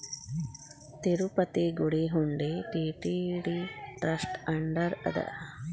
ತಿರುಪತಿ ಗುಡಿ ಹುಂಡಿ TTD trust under ಅದ